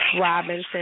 Robinson